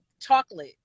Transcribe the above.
chocolate